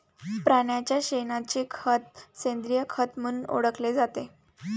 प्राण्यांच्या शेणाचे खत सेंद्रिय खत म्हणून ओळखले जाते